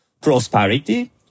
prosperity